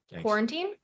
quarantine